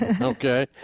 Okay